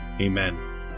Amen